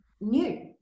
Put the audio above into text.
new